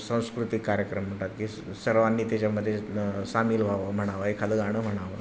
सांस्कृतिक कार्यक्रम म्हणतात की सर्वांनी त्याच्यामध्ये न सामील व्हावं म्हणावं एखादं गाणं म्हणावं